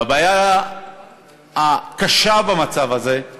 והבעיה הקשה במצב הזה היא